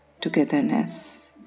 togetherness